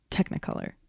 Technicolor